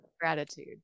gratitude